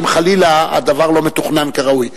אם חלילה הדבר לא מתוכנן כראוי.